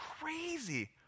crazy